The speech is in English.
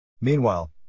Meanwhile